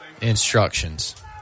instructions